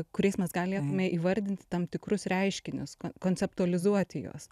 kuriais mes galėtume įvardinti tam tikrus reiškinius konceptualizuoti juos